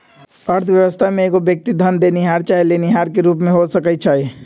अर्थव्यवस्था में एगो व्यक्ति धन देनिहार चाहे लेनिहार के रूप में हो सकइ छइ